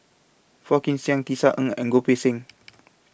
Phua Kin Siang Tisa Ng and Goh Poh Seng